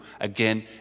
again